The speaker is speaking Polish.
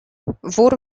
wór